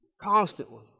constantly